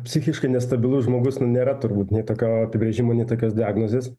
psichiškai nestabilus žmogus nu nėra turbūt nė tokio apibrėžimo nė tokios diagnozės